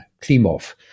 Klimov